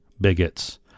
bigots